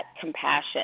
compassion